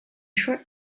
short